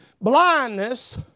blindness